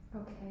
Okay